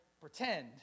pretend